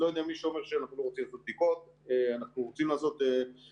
מי שאומר שאנחנו לא רוצים לעשות בדיקות אנחנו רוצים לעשות בדיקות,